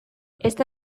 esta